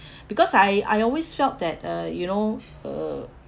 because I I always felt that uh you know uh